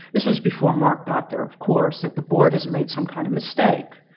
this was before mark got there, of course that the board has made some kind of mistake.